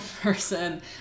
person